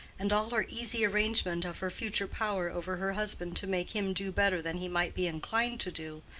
and all her easy arrangement of her future power over her husband to make him do better than he might be inclined to do,